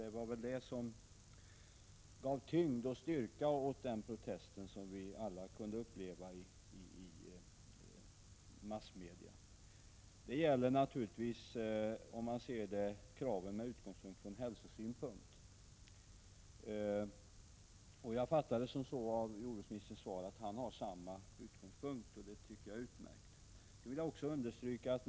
Det var väl det som gav tyngd och styrka åt den protest som vi alla kunde uppleva i massmedia. Jag förstod jordbruksministerns svar så, att han har samma utgångspunkt, och det tycker jag är utmärkt.